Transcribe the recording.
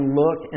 look